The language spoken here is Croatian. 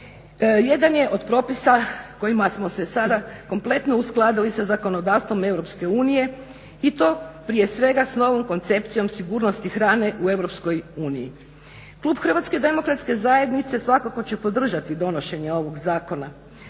jedan je od propisa kojima smo se sada kompletno uskladili sa zakonodavstvom EU i to prije svega s novom koncepcijom sigurnosti hrane u EU. Klub HDZ-a svakako će podržati donošenje ovog zakona.